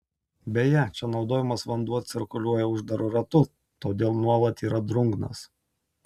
beje čia naudojamas vanduo cirkuliuoja uždaru ratu todėl nuolat yra drungnas